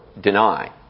deny